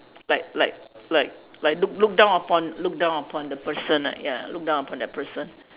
like like like like look look down upon look down upon the person like ya look down upon the person